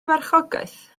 farchogaeth